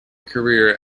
career